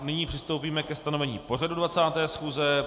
Nyní přistoupíme ke stanovení pořadu 20. schůze.